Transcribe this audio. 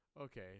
okay